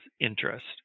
interest